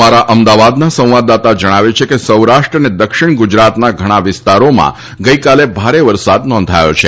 અમારા અમદાવાદના સંવાદદાતા જણાવે છે કે સૌરાષ્ટ્ર અને દક્ષિણ ગુજરાતના ઘણા વિસ્તારોમાં ગઈકાલે ભારે વરસાદ નોંધાયો છે